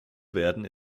werden